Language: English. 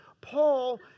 Paul